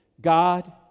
God